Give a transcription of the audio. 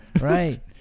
Right